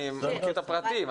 אני מכיר את הפרטים.